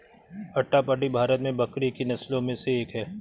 अट्टापडी भारत में बकरी की नस्लों में से एक है